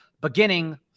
beginning